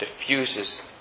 diffuses